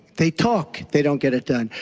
they talk. theydon't get it done.